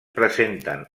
presenten